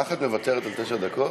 ככה את מוותרת על תשע דקות?